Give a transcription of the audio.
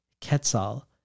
Quetzal